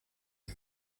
der